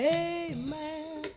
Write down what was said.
amen